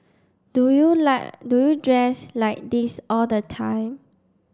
do you like do you dress like this all the time